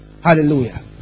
Hallelujah